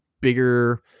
bigger